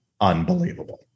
unbelievable